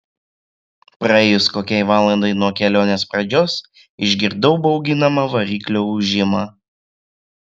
praėjus kokiai valandai nuo kelionės pradžios išgirdau bauginamą variklio ūžimą